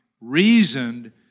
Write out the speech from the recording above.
reasoned